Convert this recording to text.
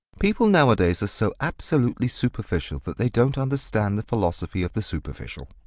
people nowadays are so absolutely superficial that they don't understand the philosophy of the superficial.